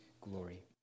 glory